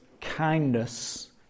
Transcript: kindness